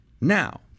now